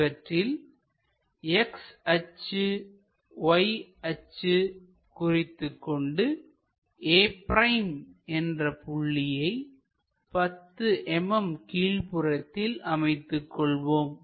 இவற்றில் X அச்சு Y அச்சு குறித்துக்கொண்டு a' என்ற புள்ளியை 10 mm கீழ்ப்புறத்தில் அமைத்துக் கொள்வோம்